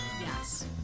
yes